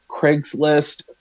Craigslist